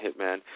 Hitman